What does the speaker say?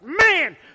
Man